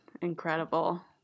incredible